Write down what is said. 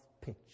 pitch